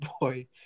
Boy